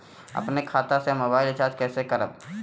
अपने खाता से मोबाइल रिचार्ज कैसे करब?